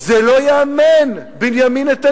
איפה